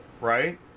right